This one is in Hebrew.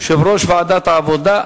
יושב-ראש ועדת העבודה,